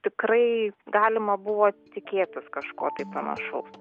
tikrai galima buvo tikėtis kažko tai panašaus